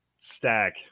stack